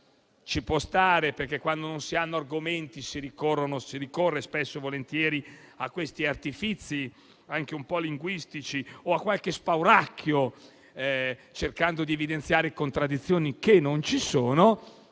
ci può stare, perché quando non si hanno argomenti si ricorre spesso e volentieri a questi artifizi linguistici o a qualche spauracchio, cercando di evidenziare contraddizioni che non ci sono.